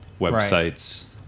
websites